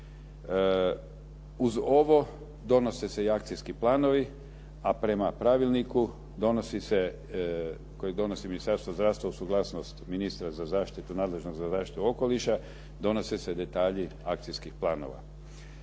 Uz ovo donose se i akcijski planovi, a prema pravilniku koje donosi Ministarstvo zdravstva uz suglasnost ministra nadležnog za zaštitu okoliša, donose se detalji akcijskih planova.